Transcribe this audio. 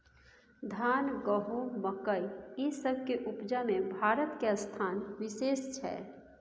धान, गहूम, मकइ, ई सब के उपजा में भारत के स्थान विशेष छै